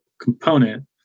component